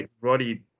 Roddy